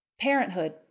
parenthood